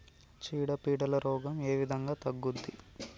చీడ పీడల రోగం ఏ విధంగా తగ్గుద్ది?